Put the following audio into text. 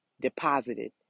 deposited